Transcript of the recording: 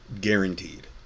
Guaranteed